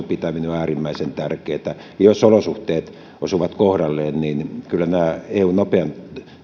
pitäminen on äärimmäisen tärkeätä ja jos olosuhteet osuvat kohdalleen niin kyllä nämä eun nopean